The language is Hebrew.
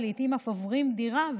ולעיתים אף עוברים דירה,